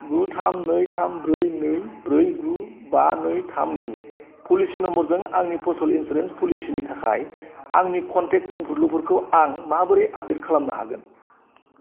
गु थाम नै थाम ब्रै नै ब्रै गु बा नै थाम गु प'लिसि नम्बरजों आंनि फसल इन्सुरेन्स प'लिसिनि थाखाय आंनि कनटेक्ट मुंफुरलुफोरखौ आं माबोरै आपडेट खालामनो हागोन